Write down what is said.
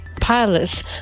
pilots